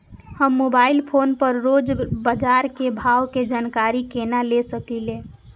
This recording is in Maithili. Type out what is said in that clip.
हम मोबाइल फोन पर रोज बाजार के भाव के जानकारी केना ले सकलिये?